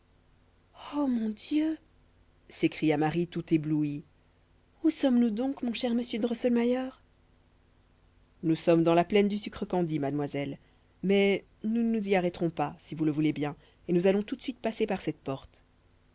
o mon dieu s'écria marie tout éblouie où sommes-nous donc mon cher monsieur drosselmayer nous sommes dans la plaine du sucre candi mademoiselle mais nous ne nous y arrêterons pas si vous le voulez bien et nous allons tout de suite passer par cette porte